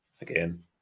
again